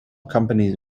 companies